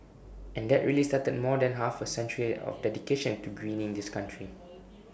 and that really started more than half A century of dedication to greening this country